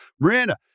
Miranda